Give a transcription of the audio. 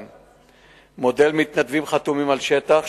מודל מתנדבים חתומים על שטח,